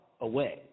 away